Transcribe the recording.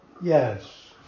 yes